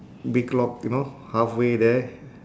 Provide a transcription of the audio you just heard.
big lock you know halfway there